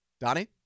Donnie